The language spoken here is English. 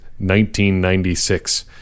1996